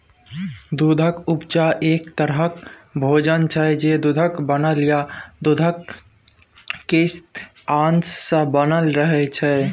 दुधक उपजा एक तरहक भोजन छै जे दुधक बनल या दुधक किछ अश सँ बनल रहय छै